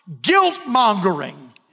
guilt-mongering